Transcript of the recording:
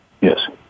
Yes